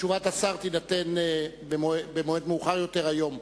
תשובת השר תינתן במועד מאוחר יותר היום.